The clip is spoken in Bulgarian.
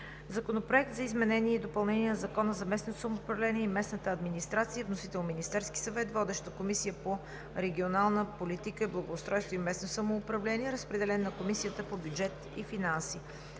Законопроект за изменение и допълнение на Закона за местното самоуправление и местната администрация. Вносител е Министерският съвет. Водеща е Комисията по регионална политика, благоустройство и местно самоуправление. Разпределен е на Комисията по бюджет и финанси.